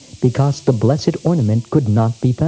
because the blessed ornament could not be found.